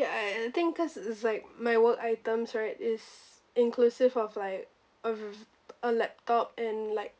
ya I I think cause it's like my work items right is inclusive of like uh a laptop and like